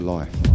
Life